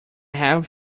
have